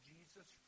Jesus